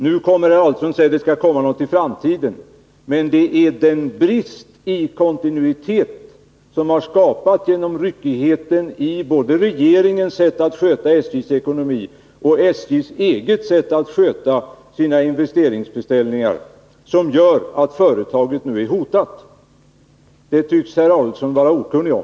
Nu säger herr Adelsohn att det skall hända något en gång i framtiden, men den brist i kontinuitet som har skapats genom ryckigheten i både regeringens sätt att sköta SJ:s ekonomi och SJ:s eget sätt att sköta sina investeringsbeställningar gör att företaget nu är hotat. Det tycks herr Adelsohn vara okunnig om.